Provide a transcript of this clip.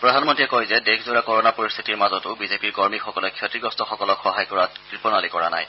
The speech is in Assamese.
প্ৰধানমন্ত্ৰীয়ে কয় যে দেশজোৰা কৰনা পৰিশ্বিতিৰ মাজতো বিজেপিৰ কৰ্মীসকলে ক্ষতিগ্ৰস্তসকলক সহায় কৰাত কূপণালি কৰা নাই